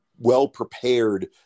well-prepared